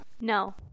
No